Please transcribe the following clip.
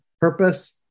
purpose